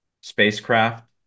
spacecraft